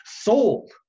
sold